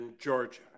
Georgia